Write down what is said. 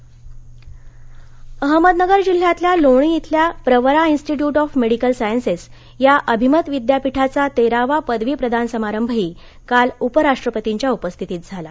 उपराष्टपती अहमदनगर अहमदनगर जिल्ह्यातल्या लोणी इथल्या Pravara institute of medical sciences या अभिमत विद्यापीठाचा तेरावा पदवी प्रदान समारंभही काल उपराष्ट्रपतींच्या उपस्थितीत झाला